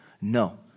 No